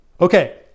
Okay